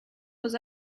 was